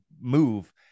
move